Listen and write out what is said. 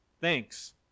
thanks